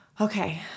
okay